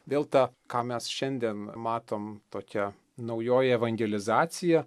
vėl ta ką mes šiandien matom tokia naujoji evangelizacija